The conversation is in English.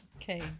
okay